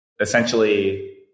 essentially